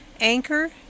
Anchor